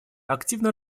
активно